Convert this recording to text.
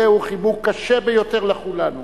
החיבוק הזה הוא חיבוק קשה ביותר לכולנו.